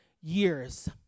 years